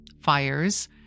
fires